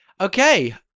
Okay